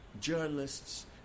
journalists